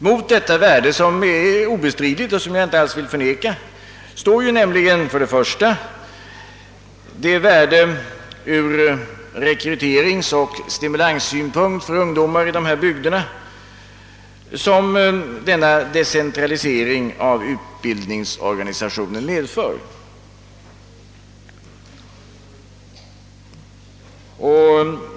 Mot detta värde som är obestridligt och som jag inte alls vill förneka står nämligen bl.a. det värde från rekryteringsoch stimulanssynpunkt för ungdomar i dessa bygder som denna decentralisering av utbildningsorganisationen innebär.